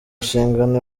nshingano